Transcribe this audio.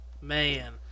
Man